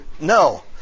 No